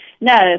No